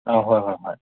ꯑꯥ ꯍꯣꯏ ꯍꯣꯏ ꯍꯣꯏ